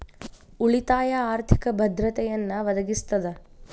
ಉಳಿತಾಯ ಆರ್ಥಿಕ ಭದ್ರತೆಯನ್ನ ಒದಗಿಸ್ತದ